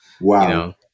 Wow